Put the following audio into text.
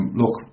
look